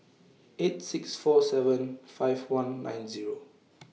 eight six four seven five one nine Zero